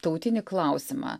tautinį klausimą